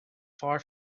far